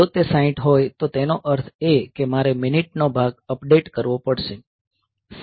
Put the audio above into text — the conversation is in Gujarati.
જો તે 60 હોય તો તેનો અર્થ એ કે મારે મિનિટ નો ભાગ અપડેટ કરવો પડશે